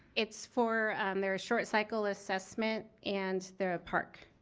it's for their short cycle assessment and their ah parcc.